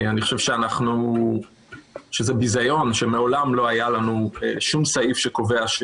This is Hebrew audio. אני חושב שזה ביזיון שמעולם לא היה לנו שום סעיף שקובע את